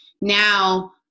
now